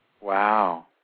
Wow